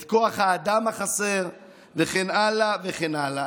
את כוח האדם החסר וכן הלאה וכן הלאה.